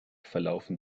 verlaufen